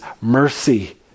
mercy